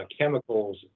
chemicals